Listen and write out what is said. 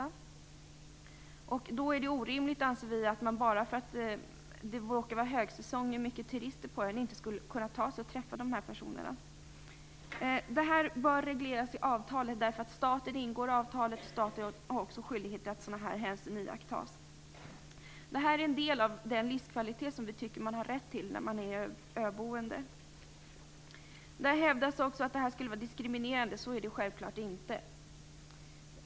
Vi menar att det är orimligt att man i ett sådant läge inte skulle kunna ta sig till eller från ön bara för att det råkar vara högsäsong och mycket turister på ön. Det här bör regleras i avtal. Staten ingår avtal och har då också skyldighet att se till att sådana här hänsyn iakttas. Det här är en del av den livskvalitet som vi tycker att man har rätt till när man är öboende. Det hävdas också att det här skulle vara diskriminerande. Så är det självfallet inte.